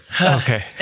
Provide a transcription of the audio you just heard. Okay